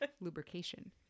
lubrication